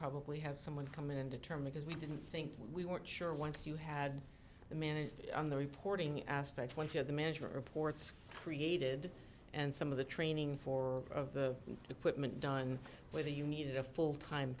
probably have someone come in and determined as we didn't think we weren't sure once you had managed on the reporting aspect when you're the management reports created and some of the training four of the equipment done whether you needed a full time